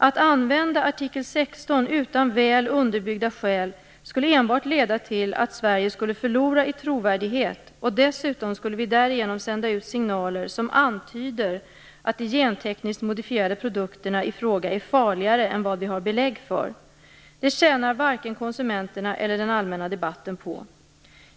Att använda artikel 16 utan väl underbyggda skäl skulle enbart leda till att Sverige skulle förlora i trovärdighet, och dessutom skulle vi därigenom sända ut signaler som antyder att de gentekniskt modifierade produkterna i fråga är farligare än vad vi har belägg för. Det tjänar varken konsumenterna eller den allmänna debatten på.